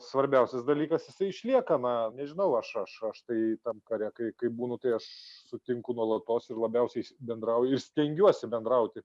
svarbiausias dalykas jisai išlieka na nežinau aš aš štai tam kare kai kai būnu tai sutinku nuolatos ir labiausiai bendrauju stengiuosi bendrauti